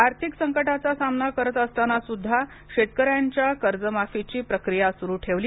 आर्थिक संकटाचा सामना करत असतानासुध्दा शेतकऱ्यांच्या कर्जमाफीची प्रक्रीया सुरु ठेवली